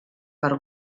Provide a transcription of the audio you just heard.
per